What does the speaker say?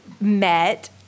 met